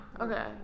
Okay